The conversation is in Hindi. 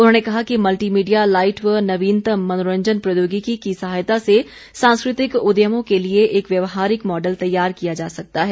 उन्होंने कहा कि मल्टीमीडिया लाईट व नवीनतम मनोरंजन प्रौद्योगिकी की सहायता से सांस्कृतिक उद्यमों के लिए एक व्यावहारिक मॉडल तैयार किया जा सकता है